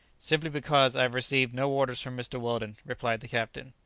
simply because i have received no orders from mr. weldon, replied the captain.